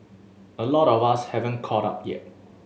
a lot of us haven't caught up yet